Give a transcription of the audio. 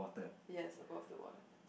yes above the water